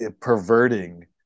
perverting